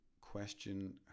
question